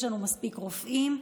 יש לנו מספיק רופאים,